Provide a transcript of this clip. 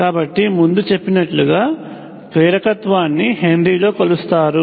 కాబట్టి ముందు చెప్పినట్లుగా ప్రేరకత్వాన్ని హెన్రీలో కొలుస్తారు